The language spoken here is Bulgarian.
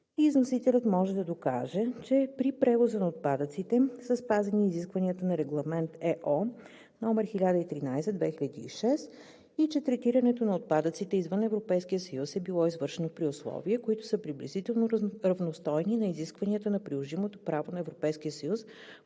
износителят може да докаже, че при превоза на отпадъците са спазени изискванията на Регламент (ЕО) № 1013/2006, и че третирането на отпадъците извън Европейския съюз е било извършено при условия, които са приблизително равностойни на изискванията на приложимото право на Европейския съюз